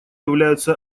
являются